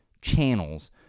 channels